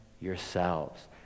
yourselves